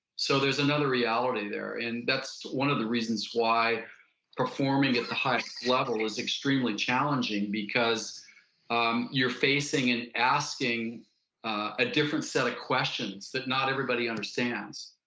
so there's another reality there and that's one of the reasons why performing at the highest level is extremely challenging because um you're facing and asking a different set of questions that not everybody understands.